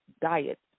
diet